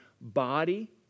body